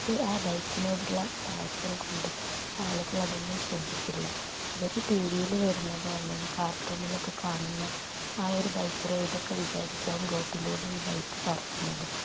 പക്ഷെ ആ ബൈക്കിനോടുള്ള പാഷൻ കൊണ്ട് ആളുകൾ അതൊന്നും ശ്രദ്ധിക്കില്ല അവർ ടി വി യിൽ വരുന്നതോ അല്ലെങ്കിൽ കാർട്ടൂണിലൊക്കെ കാണുന്ന ആ ഒരു ബൈക്ക് റൈഡൊക്കെ വിചാരിച്ചും റോട്ടിലൂടെ ഈ ബൈക്ക് പറത്തുന്നത്